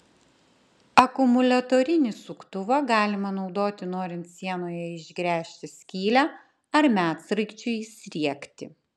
akumuliatorinį suktuvą galima naudoti norint sienoje išgręžti skylę ar medsraigčiui įsriegti